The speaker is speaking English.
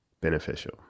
beneficial